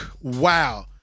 wow